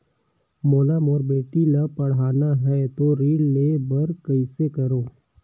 मोला मोर बेटी ला पढ़ाना है तो ऋण ले बर कइसे करो